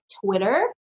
Twitter